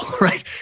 right